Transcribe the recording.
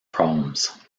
problems